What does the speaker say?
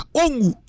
ongu